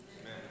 Amen